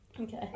Okay